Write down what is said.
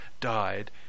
died